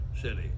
city